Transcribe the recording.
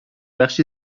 بخش